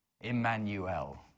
Emmanuel